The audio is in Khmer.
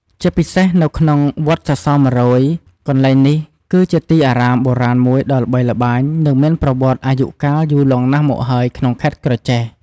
ជាពិសេសនៅក្នុងវត្តសរសរ១០០ កន្លែងនេះគឺជាទីអារាមបុរាណមួយដ៏ល្បីល្បាញ និងមានប្រវត្តិនឹងអាយុកាលយូរលង់ណាស់មកហើយក្នុងខេត្តក្រចេះ ។